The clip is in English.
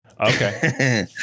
okay